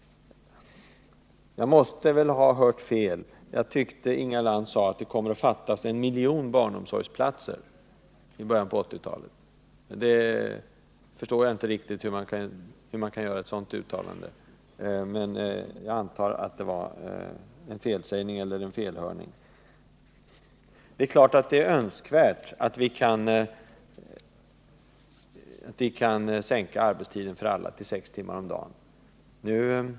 Jag måste väl ha hört fel, men jag tyckte att Inga Lantz sade att det kommer att fattas en miljon barnomsorgsplatser i början på 1980-talet. Hur man kan göra ett sådant uttalande förstår jag inte riktigt. Jag antar att det var en felsägning eller ett hörfel. Det är klart att det av många skäl är önskvärt att sänka arbetstiden för alla till sex timmar om dagen.